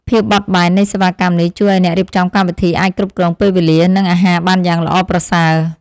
ភាពបត់បែននៃសេវាកម្មនេះជួយឱ្យអ្នករៀបចំកម្មវិធីអាចគ្រប់គ្រងពេលវេលា និងអាហារបានយ៉ាងល្អប្រសើរ។